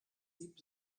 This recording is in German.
sieb